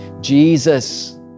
Jesus